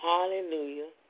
Hallelujah